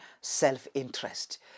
self-interest